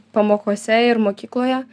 pamokose ir mokykloje